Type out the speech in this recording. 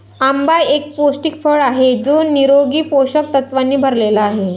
आंबा एक पौष्टिक फळ आहे जो निरोगी पोषक तत्वांनी भरलेला आहे